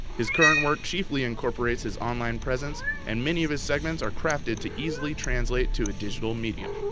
his current work chiefly incorporates his online presence and many of his segments are crafted to easily translate to a digital medium.